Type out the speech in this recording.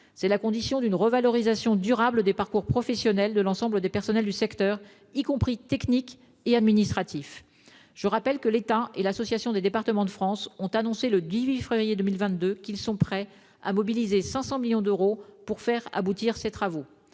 C'est la condition d'une revalorisation durable des parcours professionnels de l'ensemble des personnels du secteur, y compris techniques et administratifs. Je rappelle que l'État et l'Assemblée des départements de France (ADF) ont annoncé, le 18 février 2022, qu'ils étaient prêts à mobiliser 500 millions d'euros pour faire aboutir ces travaux.